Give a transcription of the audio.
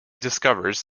discovers